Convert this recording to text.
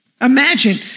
Imagine